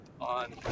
on